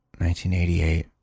1988